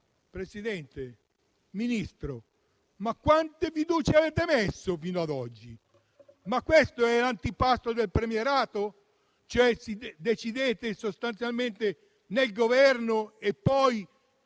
Presidente, Ministro, quante fiducie avete messo fino ad oggi? Questo è l'antipasto del premierato? Cioè decidete sostanzialmente nel Governo e poi,